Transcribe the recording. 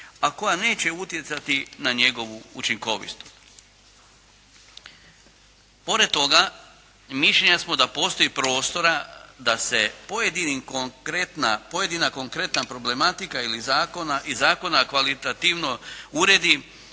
a koja neće utjecati na njegovu učinkovitost. Pored toga, mišljenja smo da postoji prostora da se pojedina konkretna problematika i zakona kvalitativno uredi